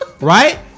right